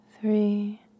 three